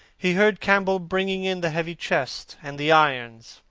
he heard campbell bringing in the heavy chest, and the irons,